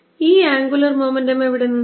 ഈ angular momentum എവിടെ നിന്നാണ്